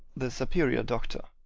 the superior doctor.